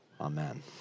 Amen